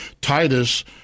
Titus